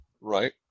Right